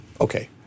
okay